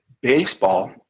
baseball